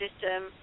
system